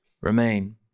remain